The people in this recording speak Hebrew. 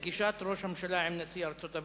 426 ו-450 בנושא: פגישת ראש הממשלה עם נשיא ארצות-הברית.